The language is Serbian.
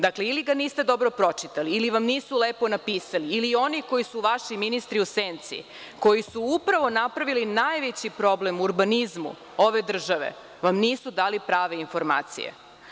Dakle, ili ga niste dobro pročitali ili vam nisu lepo napisali, ili oni koji su vaši ministri u senci, koji su upravo napravili najveći problem u urbanizmu ove države vam nisu dali prave informacije.